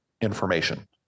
information